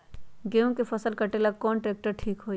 गेहूं के फसल कटेला कौन ट्रैक्टर ठीक होई?